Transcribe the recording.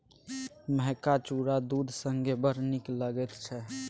मेहका चुरा दूध संगे बड़ नीक लगैत छै